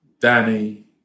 Danny